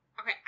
Okay